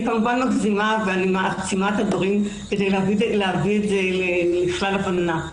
אני כמובן מגזימה ומעצימה את הדברים כדי להביא אותם לכלל הבנה.